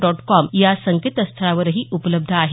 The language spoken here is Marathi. डॉट कॉम या संकेतस्थळावरही उपलब्ध आहे